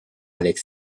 avec